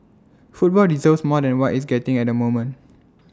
football deserves more than what it's getting at moment